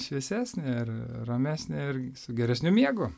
šviesesnė ir ramesnė ir su geresniu miegu